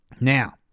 Now